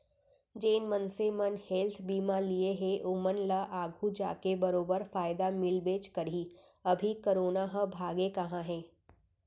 जेन मनसे मन हेल्थ बीमा लिये हें ओमन ल आघु जाके बरोबर फायदा मिलबेच करही, अभी करोना ह भागे कहॉं हे?